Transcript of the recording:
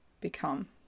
become